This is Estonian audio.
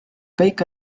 kõik